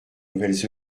nouvelles